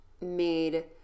made